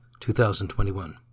2021